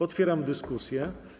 Otwieram dyskusję.